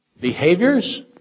Behaviors